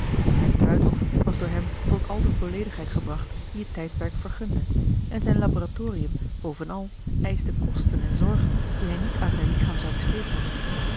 zijn kruidhof was door hem tot al de volledigheid gebracht die het tijdperk vergunde en zijn laboratorium bovenal eischte kosten en zorgen die hij niet aan zijn lichaam zou besteed hebben